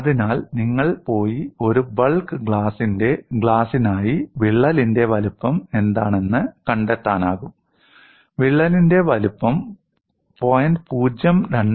അതിനാൽ നിങ്ങൾക്ക് പോയി ഒരു ബൾക്ക് ഗ്ലാസിനായി വിള്ളലിന്റെ വലുപ്പം എന്താണെന്ന് കണ്ടെത്താനാകും വിള്ളലിന്റെ വലുപ്പം 0